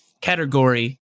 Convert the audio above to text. category